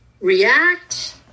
react